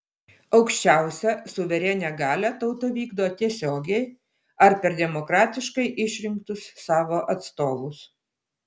aukščiausią suverenią galią tauta vykdo tiesiogiai ar per demokratiškai išrinktus savo atstovus